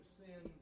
sin